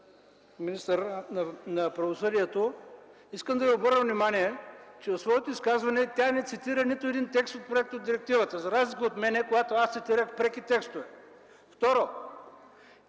министъра на правосъдието, искам да Ви обърна внимание, че в своето изказване тя не цитира нито един текст от проектодирективата, за разлика от мен, когато аз цитирах преки текстове. Второ,